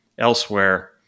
Elsewhere